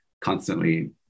constantly